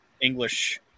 english